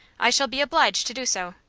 i shall be obliged to do so.